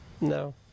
No